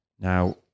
Now